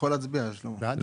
מי נגד?